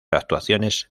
actuaciones